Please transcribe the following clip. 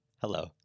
hello